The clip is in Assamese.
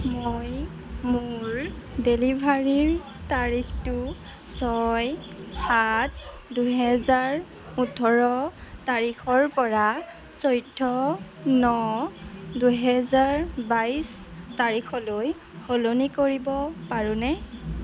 মই মোৰ ডেলিভাৰীৰ তাৰিখটো ছয় সাত দুহেজাৰ ওঠৰ তাৰিখৰ পৰা চৈধ্য ন দুই হেজাৰ বাইছ তাৰিখলৈ সলনি কৰিব পাৰোঁনে